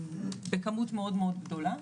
מאוד בכמות מאוד מאוד גדולה,